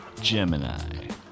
Gemini